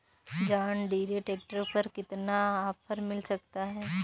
John Deere tractor पर कितना offer मिल सकता है?